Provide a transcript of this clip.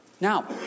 Now